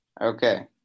Okay